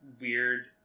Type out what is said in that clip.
weird